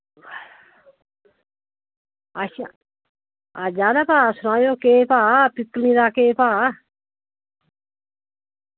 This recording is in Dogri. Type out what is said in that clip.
अच्छा अज्ज जाना सनाओ केह् भाव किन्ने दा केह् भाव